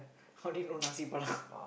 how do you know Nasi-Padang